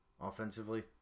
offensively